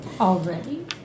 already